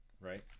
right